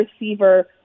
receiver